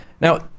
Now